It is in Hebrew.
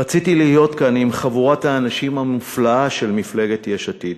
רציתי להיות כאן עם חבורת האנשים המופלאה של מפלגת יש עתיד